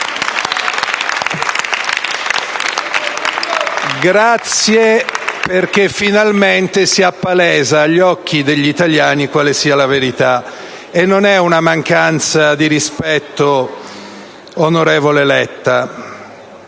Grazie perché, finalmente, si appalesa agli occhi degli italiani quale sia la verità. E non è una mancanza di rispetto, onorevole Letta.